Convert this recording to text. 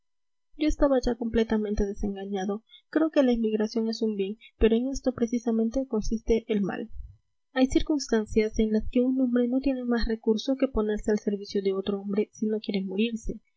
yo estaba ya completamente desengañado creo que la emigración es un bien pero en esto precisamente consiste el mal hay circunstancias en las que un hombre no tiene más recurso que ponerse al servicio de otro hombre si no quiere morirse